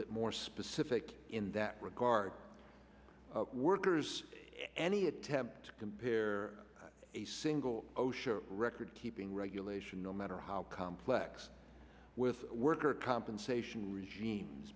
bit more specific in that regard workers any attempt to compare a single osha record keeping regulation no matter how complex with worker compensation regimes